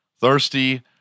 Thirsty